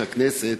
ליושב-ראש הכנסת